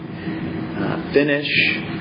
finish